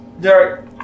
Derek